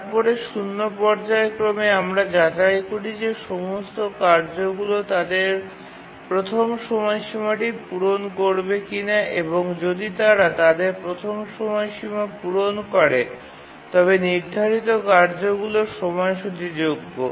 তারপরে ০ পর্যায়ক্রমে আমরা যাচাই করি যে সমস্ত কার্যগুলি তাদের প্রথম সময়সীমাটি পূরণ করবে কিনা এবং যদি তারা তাদের প্রথম সময়সীমা পূরণ করে তবে নির্ধারিত কার্যগুলি সময়সূচীযোগ্য